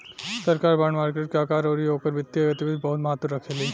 सरकार bond market के आकार अउरी ओकर वित्तीय गतिविधि बहुत महत्व रखेली